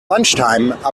lunchtime